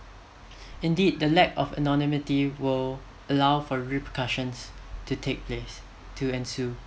indeed the lack of anonymity will allow for repercussions to take place to ensue